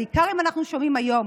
בעיקר אם אנחנו שומעים היום